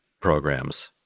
programs –